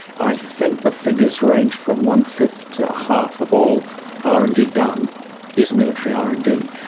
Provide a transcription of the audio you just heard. i think the figures range from one-fifth to a half of all r and d done is military r and d,